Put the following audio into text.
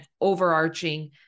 overarching